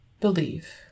believe